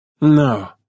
No